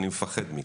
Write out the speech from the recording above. אני מפחד מכם.